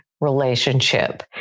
relationship